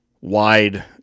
wide